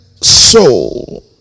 soul